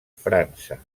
frança